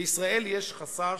בישראל יש חשש,